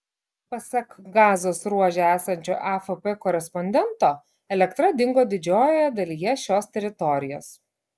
pasak gazos ruože esančio afp korespondento elektra dingo didžiojoje dalyje šios teritorijos